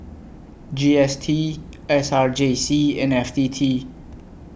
G S T S R J C and F T T